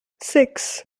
six